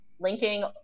linking